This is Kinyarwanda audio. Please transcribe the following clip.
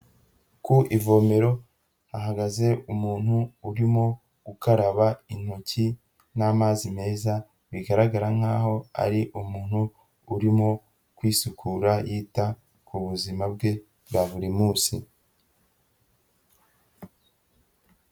Ku ivomero hahagaze umuntu urimo gukaraba intoki n'amazi meza, bigaragara nkaho ari umuntu urimo kwisukura yita ku buzima bwe bwa buri munsi.